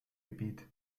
gebiet